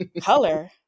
Color